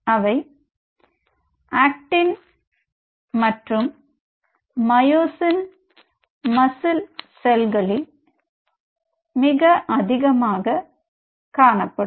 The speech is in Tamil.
அவை ஆக்டின் மற்றும் மயோசின் மசில் செல்களில் அதிகமாக காணப்படும்